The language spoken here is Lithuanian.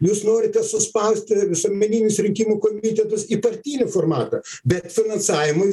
jūs norite suspausti visuomeninius rinkimų komitetus į partinį formatą bet finansavimo